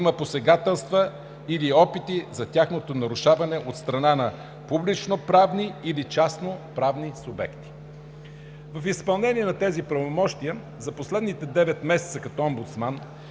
има посегателства или опити за тяхното нарушаване от страна на публичноправни или частноправни субекти. В изпълнение на тези правомощия за последните девет месеца като омбудсман